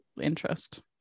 interest